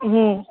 હમ્મ